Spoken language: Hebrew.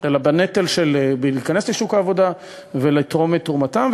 אלא בנטל של להיכנס לשוק העבודה ולתרום את תרומתם,